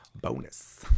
bonus